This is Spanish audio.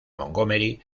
montgomery